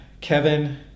Kevin